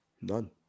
None